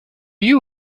you